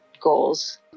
goals